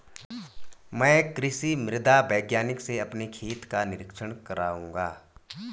मैं कृषि मृदा वैज्ञानिक से अपने खेत का निरीक्षण कराऊंगा